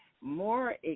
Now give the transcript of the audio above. more